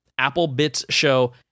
applebitsshow